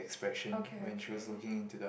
okay okay